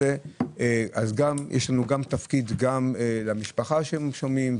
לפעמים יש לנו תפקיד גם כלפי המשפחה ששומעת,